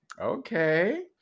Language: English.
okay